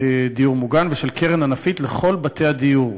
דיור מוגן, ושל קרן ענפית לכל בתי הדיור.